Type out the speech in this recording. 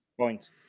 Point